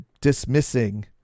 dismissing